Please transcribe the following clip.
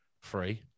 free